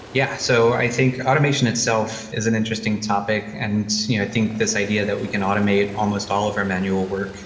yeah. so i think automation itself is an interesting topic and you know i think this idea that we can automate almost all of our manual work.